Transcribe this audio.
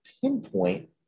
pinpoint